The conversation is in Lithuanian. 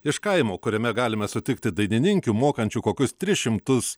iš kaimo kuriame galime sutikti dainininkių mokančių kokius tris šimtus